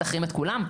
תחרים את כולם?